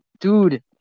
dude